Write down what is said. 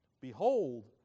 Behold